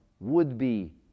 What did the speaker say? would-be